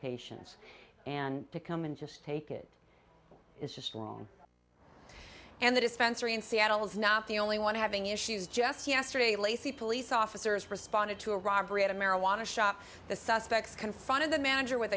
patients and to come and just take it is just wrong and the dispensary in seattle is not the only one having issues just yesterday lacy police officers responded to a robbery at a marijuana shop the suspects confronted the manager with